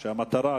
והמטרה,